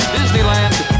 Disneyland